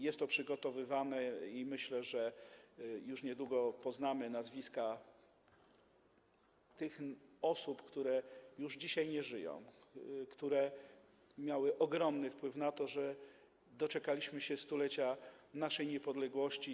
Jest to przygotowywane i myślę, że już niedługo poznamy nazwiska tych osób, które już dzisiaj nie żyją, które miały ogromny wpływ na to, że doczekaliśmy się stulecia naszej niepodległości.